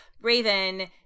Raven